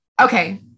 Okay